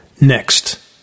Next